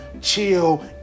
chill